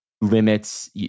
limits